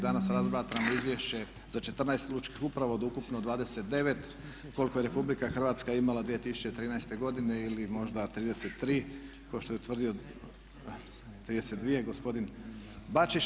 Danas razmatramo Izvješće za 14 lučkih uprava od ukupno 29 koliko je RH imala 2013. godine ili možda 33 kao što je tvrdio gospodin Bačić.